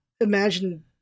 imagine